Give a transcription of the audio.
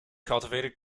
cultivated